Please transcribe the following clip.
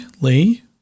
Lee